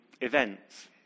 events